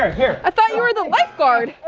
here. i thought you were the lifeguard.